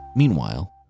Meanwhile